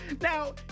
now